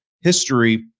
history